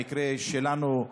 במקרה שלנו,